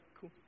Cool